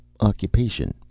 Occupation